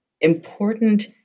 important